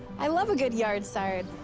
i love a good yard sard.